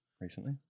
recently